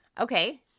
Okay